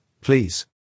please